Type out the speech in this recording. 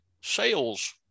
sales